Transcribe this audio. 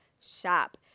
shop